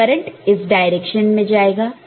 तो करंट इस डायरेक्शन में जाएगा